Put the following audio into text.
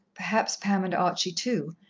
perhaps pam and archie, too,